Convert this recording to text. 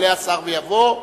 יעלה השר ויבוא,